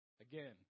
Again